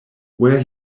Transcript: where